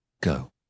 Go